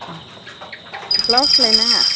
ब्लाउसलाय नाङा